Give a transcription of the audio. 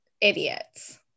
idiots